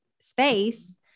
space